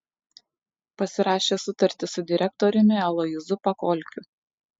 pasirašė sutartį su direktoriumi aloyzu pakolkiu